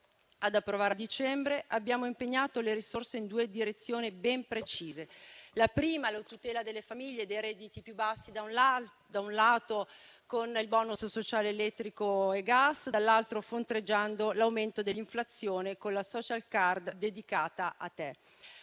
ad approvare a dicembre, abbiamo impegnato le risorse in due direzioni ben precise. La prima è, da un lato, la tutela delle famiglie con i redditi più bassi attraverso il *bonus* sociale elettrico e gas; dall'altro, si fronteggia l'aumento dell'inflazione con la *social card* "Dedicata a te".